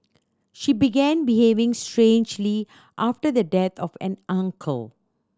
she began behaving strangely after the death of an uncle